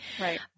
Right